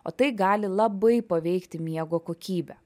o tai gali labai paveikti miego kokybę